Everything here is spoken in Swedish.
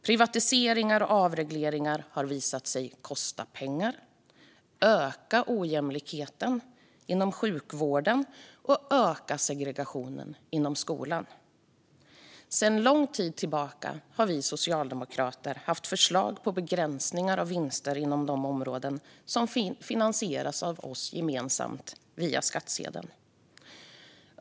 Privatiseringar och avregleringar har visat sig kosta pengar, öka ojämlikheten inom sjukvården och öka segregationen inom skolan. Sedan lång tid tillbaka har vi socialdemokrater haft förslag på begränsningar av vinster inom de områden som finansieras av oss gemensamt via skattsedeln.